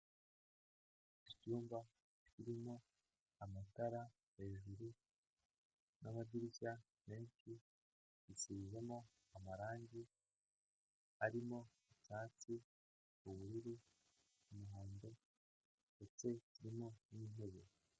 Icyumba kirimo amatara hejuru n'amadirishya menshi, bisizemo amarangi arimo icyatsi, ubururu, umuhondo ndetse kirimo n'intebe.